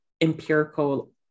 empirical